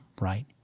right